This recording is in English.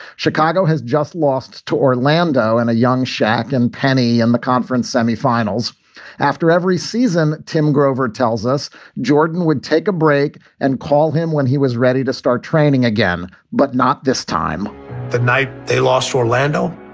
chicago has just lost to orlando and a young shaq and penny in the conference semifinals after every season. tim grover tells us jordan would take a break and call him when he was ready to start training again. but not this time the night they lost orlando.